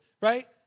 right